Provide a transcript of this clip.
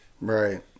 Right